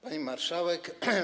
Pani Marszałek!